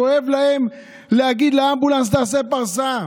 כואב להם להגיד לאמבולנס: תעשה פרסה.